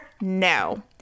No